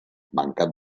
mancat